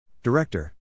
Director